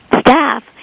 staff